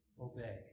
Obey